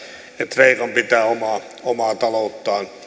kreikan pitää omaa omaa talouttaan